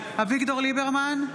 אביגדור ליברמן,